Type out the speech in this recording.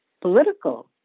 political